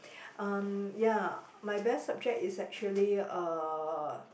um ya my best subject is actually uh